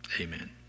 Amen